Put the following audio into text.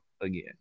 again